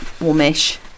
warmish